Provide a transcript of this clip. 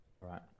Right